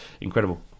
incredible